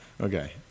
Okay